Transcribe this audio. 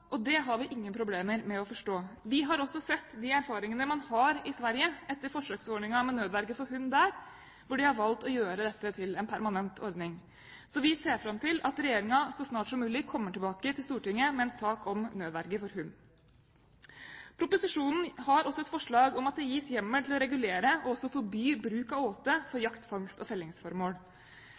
og det har vi ingen problemer med å forstå. Vi har også sett de erfaringene man har i Sverige etter forsøksordningen med nødverge for hund, hvor de har valgt å gjøre dette til en permanent ordning. Så vi ser fram til at regjeringen så snart som mulig kommer tilbake til Stortinget med en sak om nødverge for hund. Proposisjonen har også et forslag om at det gis hjemmel til å regulere og også forby bruk av åte for jakt-, fangst- og fellingsformål.